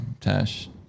Tash